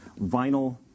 vinyl